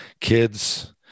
kids